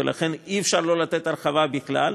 ולכן אי-אפשר לא לתת הרחבה בכלל.